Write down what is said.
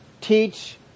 teach